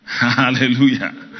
Hallelujah